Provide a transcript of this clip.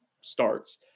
starts